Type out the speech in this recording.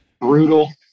brutal